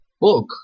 book